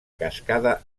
cascada